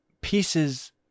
pieces